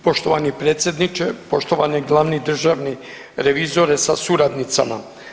Poštovani predsjedniče, poštovani glavni državni revizore sa suradnicama.